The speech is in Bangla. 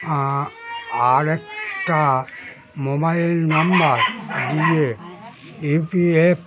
আরেকটা মোবাইল নম্বর দিয়ে ই পি এফ